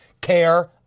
care